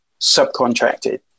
subcontracted